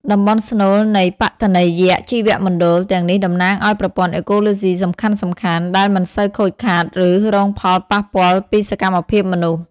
តំបន់ស្នូលនៃបឋនីយជីវមណ្ឌល ទាំងនេះតំណាងឱ្យប្រព័ន្ធអេកូឡូស៊ីសំខាន់ៗ ដែលមិនសូវខូចខាត ឬរងផលប៉ះពាល់ពីសកម្មភាពមនុស្ស។